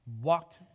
walked